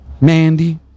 Mandy